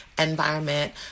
environment